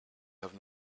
have